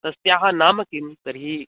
तस्याः नाम किं तर्हि